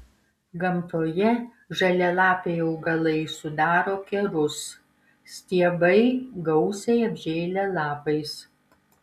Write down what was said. gamtoje žalialapiai augalai sudaro kerus stiebai gausiai apžėlę lapais